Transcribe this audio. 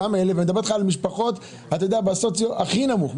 אני מדבר איתך על משפחות במצב סוציו אקונומי הכי נמוך.